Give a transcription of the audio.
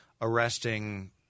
arresting